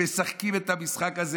הם משחקים את המשחק הזה.